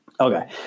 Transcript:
Okay